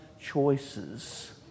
choices